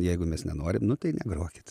jeigu mes nenorim nu tai negrokit